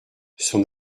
son